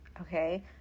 okay